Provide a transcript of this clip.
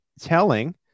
telling –